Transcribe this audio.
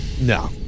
No